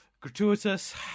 gratuitous